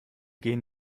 gehen